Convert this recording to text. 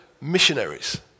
missionaries